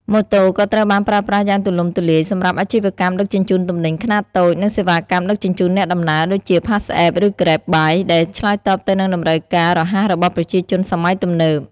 ម៉ូតូក៏ត្រូវបានប្រើប្រាស់យ៉ាងទូលំទូលាយសម្រាប់ អាជីវកម្មដឹកជញ្ជូនទំនិញខ្នាតតូច និង សេវាកម្មដឹកជញ្ជូនអ្នកដំណើរ ដូចជា PassApp ឬ Grab Bike ដែលឆ្លើយតបទៅនឹងតម្រូវការរហ័សរបស់ប្រជាជនសម័យទំនើប ។